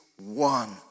one